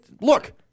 look